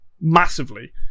massively